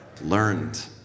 Learned